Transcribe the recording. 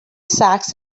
sacks